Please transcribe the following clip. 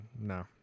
no